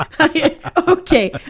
Okay